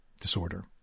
disorder